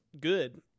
good